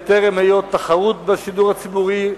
בטרם היות תחרות בשידור הציבורי,